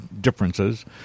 differences